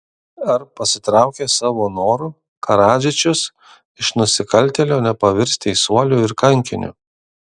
ar pasitraukęs savo noru karadžičius iš nusikaltėlio nepavirs teisuoliu ir kankiniu